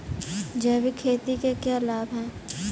जैविक खेती के क्या लाभ हैं?